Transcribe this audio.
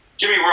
Jimmy